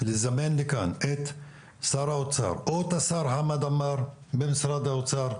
את שר האוצר או את השר חמד עמאר במשרד האוצר,